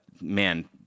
man